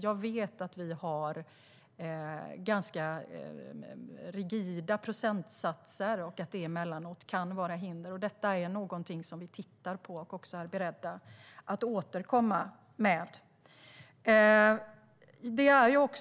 Jag vet att vi har ganska rigida procentsatser och att det emellanåt kan vara ett hinder. Det är någonting vi tittar på och är beredda att återkomma med.